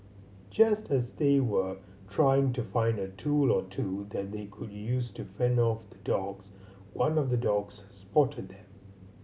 just as they were trying to find a tool or two that they could use to fend off the dogs one of the dogs spotted them